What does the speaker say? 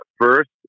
first